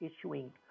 issuing